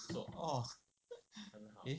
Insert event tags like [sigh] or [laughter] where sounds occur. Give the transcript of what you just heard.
!whoa! [laughs] eh